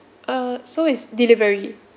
uh so is delivery